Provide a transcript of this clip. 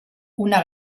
una